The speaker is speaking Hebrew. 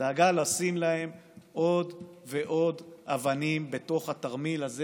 דאגה לשים להם עוד ועוד אבנים בתוך התרמיל הזה